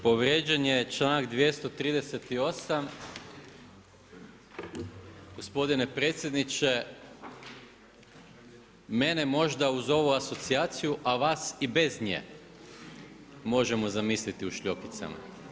Povrijeđen je članak 238. gospodine predsjedniče mene možda uz ovu asocijaciju, a vas i bez nje možemo zamisliti u šljokicama.